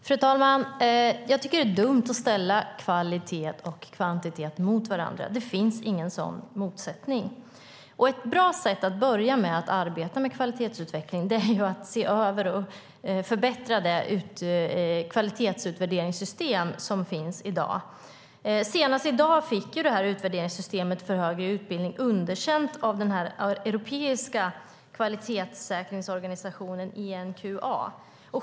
Fru talman! Jag tycker att det är dumt att ställa kvalitet och kvantitet mot varandra. Det finns ingen sådan motsättning. Ett bra sätt att börja arbeta med kvalitetsutveckling är att se över och förbättra det kvalitetsutvärderingssystem som finns i dag. Senast i dag fick utvärderingssystemet för högre utbildning underkänt av den europeiska kvalitetssäkringsorganisationen EMQA.